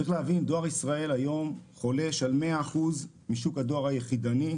צריך להבין שדואר ישראל היום חולש על מאה אחוזים משוק הדואר היחידני.